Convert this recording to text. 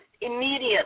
immediately